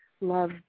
love